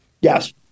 Yes